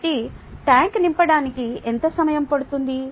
కాబట్టి ట్యాంక్ నింపడానికి ఎంత సమయం పడుతుంది